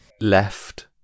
left